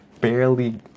barely